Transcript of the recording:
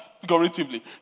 figuratively